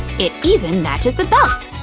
it even matches the belt!